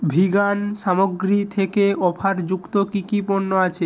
vegan সামগ্রী থেকে offer যুক্ত কি কি পণ্য আছে